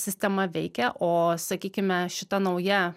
sistema veikia o sakykime šita nauja